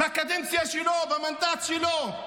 בקדנציה שלו, במנדט שלו,